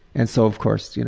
and so of course, you know